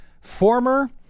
former